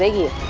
ah you